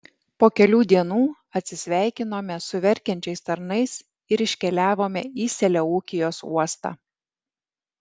po kelių dienų atsisveikinome su verkiančiais tarnais ir iškeliavome į seleukijos uostą